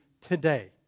today